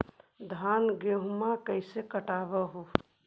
धाना, गेहुमा कैसे कटबा हू?